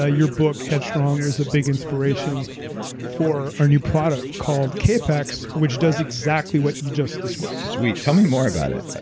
ah your book, headstrong, was a big inspiration for our new product called capex, which does exactly what you just described. sweet. tell me more about it.